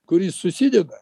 kuris susideda